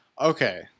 okay